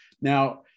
Now